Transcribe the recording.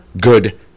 good